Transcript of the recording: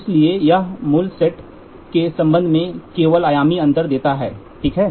इसलिए यह मूल सेटों के संबंध में केवल आयामी अंतर देता है ठीक है